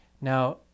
Now